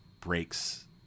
breaks